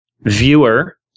viewer